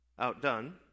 Outdone